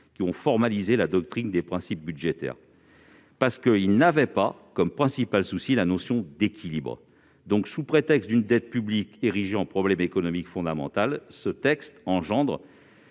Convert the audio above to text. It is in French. n'a formalisé la doctrine des principes budgétaires. En effet, ils n'avaient pas comme principal souci la notion d'équilibre. Sous prétexte de résorber la dette publique, érigée en problème économique fondamental, ce texte crée une